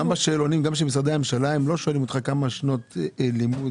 גם בשאלונים של משרדי הממשלה הם לא שואלים כמה שנות לימוד,